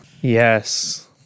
Yes